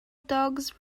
dogs